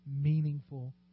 meaningful